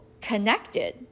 connected